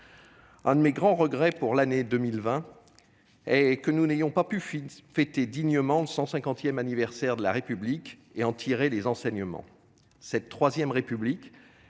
Un de mes grands regrets pour l'année 2020 est que nous n'ayons pas pu fêter dignement le 150 anniversaire de la République et en tirer les enseignements. Cette III République